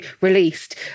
released